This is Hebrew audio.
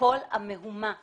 שכל המהומה שנוצרה,